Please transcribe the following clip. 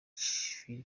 phil